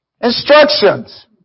Instructions